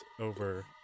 over